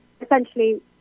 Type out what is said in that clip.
essentially